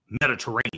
Mediterranean